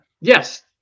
yes